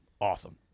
awesome